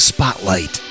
Spotlight